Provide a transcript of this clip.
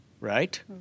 right